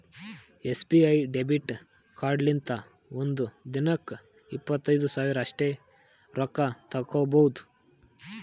SBI debit ಕಾರ್ಡ್ಲಿಂತ ಒಂದ್ ದಿನಕ್ಕ ಇಪ್ಪತ್ತೈದು ಸಾವಿರ ಅಷ್ಟೇ ರೊಕ್ಕಾ ತಕ್ಕೊಭೌದು